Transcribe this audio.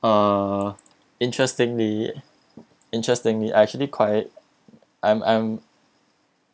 uh interestingly interestingly I actually quite I'm I'm